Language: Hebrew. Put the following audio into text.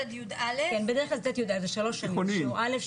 זה 3 שנים שיעור א,